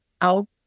out